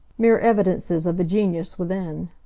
mere evidences of the genius within.